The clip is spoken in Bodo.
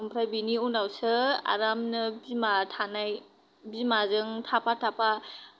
ओमफ्राय बिनि उनावसो आरामनो बिमा थानाय बिमाजों थाफा थाफा